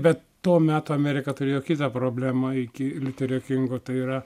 bet to meto amerika turėjo kitą problemą iki liuterio kingo tai yra